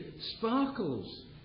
sparkles